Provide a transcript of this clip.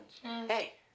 Hey